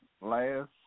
Last